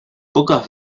pocas